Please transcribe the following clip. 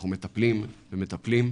אנחנו מטפלים ומטפלים,